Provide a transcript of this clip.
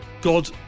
God